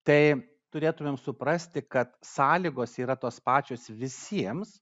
tai turėtumėm suprasti kad sąlygos yra tos pačios visiems